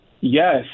Yes